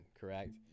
correct